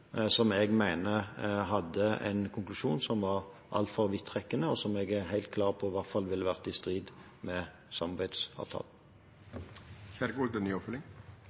som jeg mener hadde en konklusjon som var altfor vidtrekkende, og som jeg er helt klar på i hvert fall ville vært i strid med